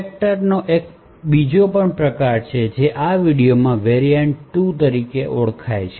સ્પેક્ટરનો એક બીજો પણ પ્રકાર છે જે આ વિડિઓમાં વેરિઅન્ટ 2 તરીકે ઓળખાય છે